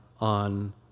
on